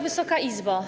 Wysoka Izbo!